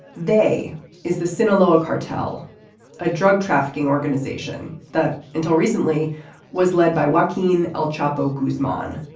they is the sinaloa cartel a drug trafficking organization that until recently was led by walking el chapo guzman